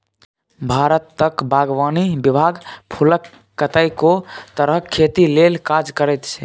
भारतक बागवानी विभाग फुलक कतेको तरहक खेती लेल काज करैत छै